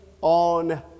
on